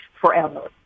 forever